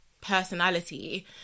personality